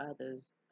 others